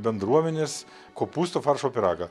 bendruomenės kopūstų faršo pyragą